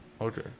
Okay